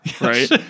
right